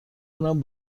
کنم